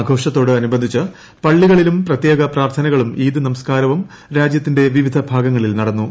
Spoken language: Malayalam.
ആഘോഷത്തോട് അനുബന്ധിച്ച് പള്ളികളിൽ പ്രത്യേക പ്രാർത്ഥനകളും ഇൌദ് നമസ്കാരവും രാജ്യത്തിന്റെ വിവിധ ഭാഗങ്ങളിൽ നടന്നു